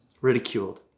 ridiculed